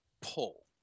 pull